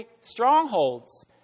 strongholds